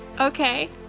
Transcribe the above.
Okay